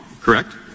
correct